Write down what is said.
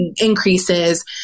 increases